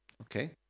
Okay